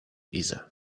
either